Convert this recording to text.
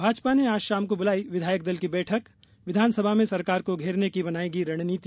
भाजपा ने आज शाम को बुलाई विधायक दल की बैठक विधानसभा में सरकार को घेरने की बनाएगी रणनीति